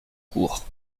court